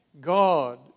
God